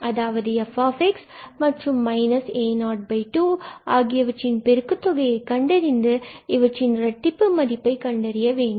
அதாவது f a02 ஆகியவற்றின் பெருக்குத் தொகையை கண்டறிந்து பின்பு இவற்றின் இரட்டிப்பு மதிப்பை கண்டறிய வேண்டும்